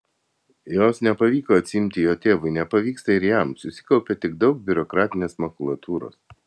jos nepavyko atsiimti jo tėvui nepavyksta ir jam susikaupia tik daug biurokratinės makulatūros